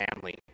family